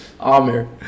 Amir